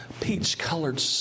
peach-colored